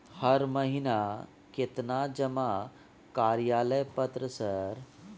हर महीना केतना जमा कार्यालय पत्र सर?